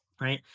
right